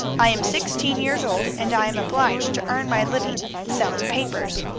i am sixteen years old, and i am obliged to earn my living selling papers.